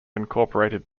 incorporated